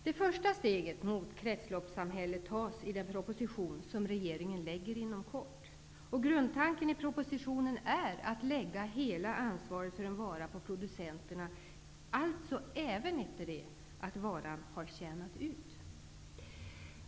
Det första steget mot kretsloppssamhället tas i den proposition som regeringen lägger fram inom kort. Grundtanken i propositionen är att lägga hela ansvaret för en vara på producenterna, alltså även efter det att varan har tjänat ut.